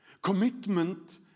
Commitment